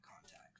contact